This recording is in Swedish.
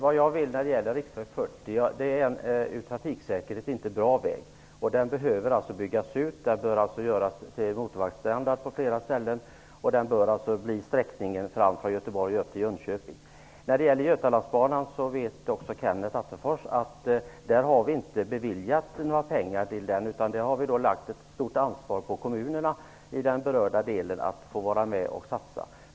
Fru talman! Riksväg 40 är från trafiksäkerhetssynpunkt inte någon bra väg. Den behöver byggas ut till motorvägsstandard på flera ställen från Göteborg till Jönköping. Till Götalandsbanan har vi inte beviljat några pengar. Det vet Kenneth Attefors. Vi har i stället lagt ett stort ansvar på de berörda kommunerna, som får vara med och satsa.